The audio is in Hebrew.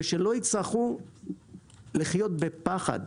ושלא יצטרכו לחיות בפחד.